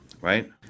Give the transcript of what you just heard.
right